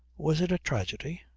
was it a tragedy?